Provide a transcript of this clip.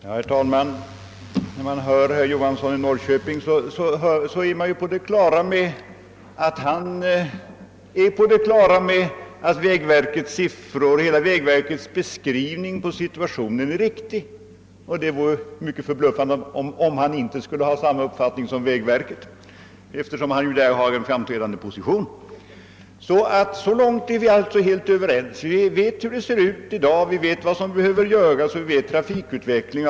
Herr talman! När man hör herr Johansson i Norrköping blir man på det klara med att han inser att vägverkets siffror och vägverkets beskrivning av situationen är riktiga. Det vore också förbluffande om han inte skulle ha samma uppfattning som vägverket, eftersom han där intar en framträdande position. Så långt är vi alla helt överens. Vi vet vad som behöver göras med hänsyn till trafikutvecklingen.